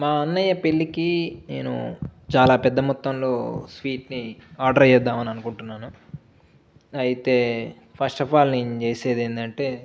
మా అన్నయ్య పెళ్లికి నేను చాలా పెద్ద మొత్తంలో స్వీట్ని ఆర్డర్ చేద్దామని అనుకుంటున్నాను అయితే ఫస్ట్ అఫ్ ఆల్ నేను చేసేది ఏంటంటే